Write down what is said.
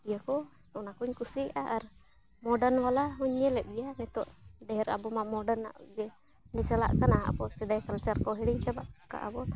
ᱤᱭᱟᱹ ᱠᱚ ᱚᱱᱟ ᱠᱚᱧ ᱠᱩᱥᱤᱭᱟᱜᱼᱟ ᱟᱨ ᱢᱳᱰᱟᱨᱱ ᱵᱟᱞᱟ ᱦᱚᱧ ᱧᱮᱞᱮᱫ ᱜᱮᱭᱟ ᱱᱤᱛᱳᱜ ᱰᱷᱮᱨ ᱟᱵᱚ ᱢᱟ ᱢᱳᱰᱟᱨᱱ ᱟᱜ ᱜᱮ ᱪᱟᱞᱟᱜ ᱠᱟᱱᱟ ᱟᱵᱚ ᱥᱮᱫᱟᱭ ᱠᱟᱞᱪᱟᱨ ᱠᱚ ᱦᱤᱲᱤᱧ ᱪᱟᱵᱟᱣ ᱠᱟᱜ ᱟᱵᱚᱱ